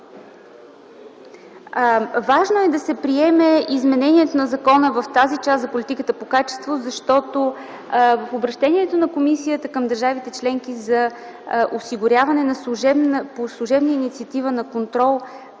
Важно е да се приеме изменението на закона в тази част на политиката по качество, защото в обръщението на Комисията към държавите членки за осигуряване на служебна инициатива на